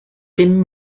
bum